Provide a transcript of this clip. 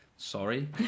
Sorry